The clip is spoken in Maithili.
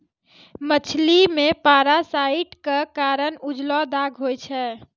मछली मे पारासाइट क कारण उजलो दाग होय छै